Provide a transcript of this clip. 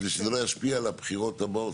בשביל שזה לא ישפיע על הבחירות הבאות,